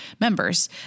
members